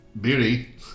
Beauty